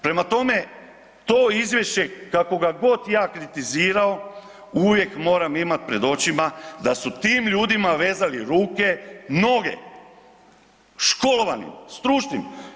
Prema tome, to izvješće kako ga god ja kritizirao uvijek moram imati pred očima da su tim ljudima vezali ruke, noge, školovanim, stručnim.